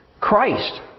Christ